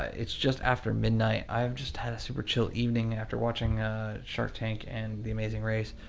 it's just after midnight. i have just had a super chill evening after watching shark tank and the amazing race.